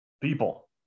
people